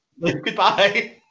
goodbye